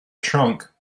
trunk